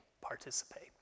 participate